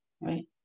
right